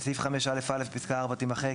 בסעיף 5א(א), פסקה (4) תימחק.